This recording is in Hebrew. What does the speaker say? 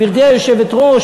גברתי היושבת-ראש,